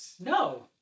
No